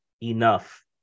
enough